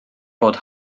bod